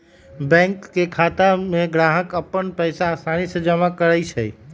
bank के खाता में ग्राहक अप्पन पैसा असानी से जान सकई छई